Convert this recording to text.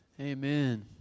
Amen